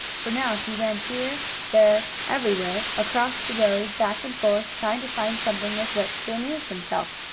for now he ran here, there, everywhere across the road, back and forth, trying to find something with which to amuse himself.